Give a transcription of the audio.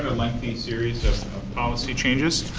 lengthy series of policy changes,